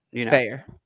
fair